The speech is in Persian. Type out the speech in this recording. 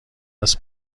است